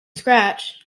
scratch